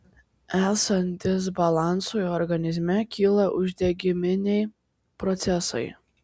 esant disbalansui organizme kyla uždegiminiai procesai